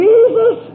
Jesus